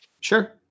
Sure